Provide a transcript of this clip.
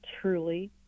truly